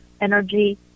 energy